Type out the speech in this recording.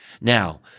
Now